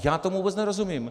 Já tomu vůbec nerozumím.